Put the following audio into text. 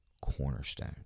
cornerstone